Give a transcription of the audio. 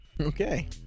Okay